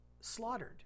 slaughtered